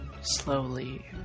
slowly